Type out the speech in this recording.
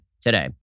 today